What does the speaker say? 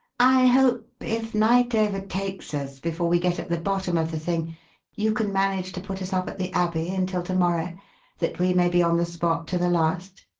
i hope if night overtakes us before we get at the bottom of the thing you can manage to put us up at the abbey until to-morrow that we may be on the spot to the last?